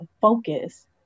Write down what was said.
focus